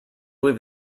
leave